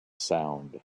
sound